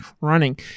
running